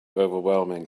overwhelming